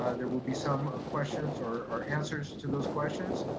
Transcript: ah there will be some questions or answers to those questions.